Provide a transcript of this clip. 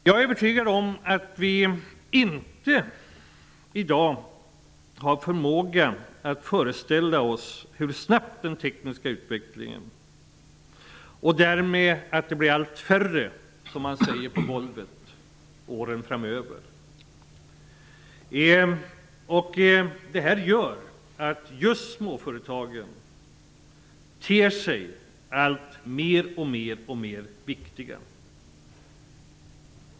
Jag är övertygad om att vi i dag inte har förmåga att föreställa oss hur snabbt den tekniska utvecklingen kommer att gå. Det kommer under åren framöver att bli allt färre som arbetar på golvet. Detta medför att de små företagen blir allt viktigare.